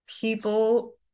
people